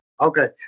Okay